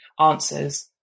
answers